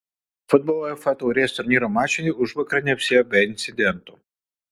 futbolo uefa taurės turnyro mačai užvakar neapsiėjo be incidentų